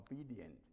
obedient